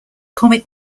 comic